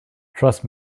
trust